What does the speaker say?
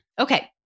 Okay